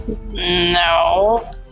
no